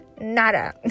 nada